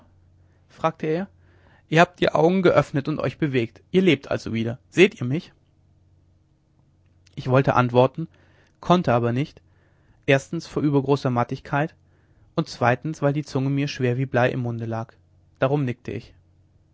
fragte er ihr habt die augen geöffnet und euch bewegt ihr lebt also wieder seht ihr mich ich wollte antworten konnte aber nicht erstens vor übergroßer mattigkeit und zweitens weil die zunge mir schwer wie blei im munde lag darum nickte ich